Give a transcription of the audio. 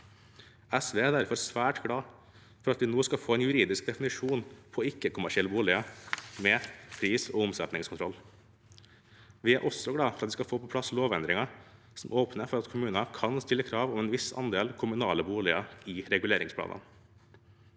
SV er derfor svært glad for at vi nå skal få en juridisk definisjon på ikke-kommersielle boliger med pris- og omsetningskontroll. Vi er også glad for vi skal få på plass lovendringer som åpner for at kommuner kan stille krav om en viss andel kommunale boliger i reguleringsplanene.